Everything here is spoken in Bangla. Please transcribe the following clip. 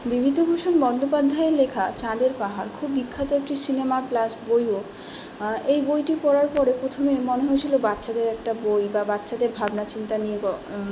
বিভূতিভূষণ বন্দ্যোপাধ্যায়ের লেখা চাঁদের পাহাড় খুব বিখ্যাত একটি সিনেমা প্লাস বইও এই বইটি পড়ার পরে প্রথমে মনে হয়েছিলো বাচ্ছাদের একটা বই বা বাচ্চাদের ভাবনা চিন্তা নিয়ে গ